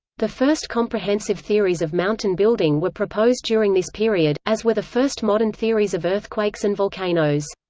the first comprehensive theories of mountain building were proposed during this period, as were the first modern theories of earthquakes and volcanoes.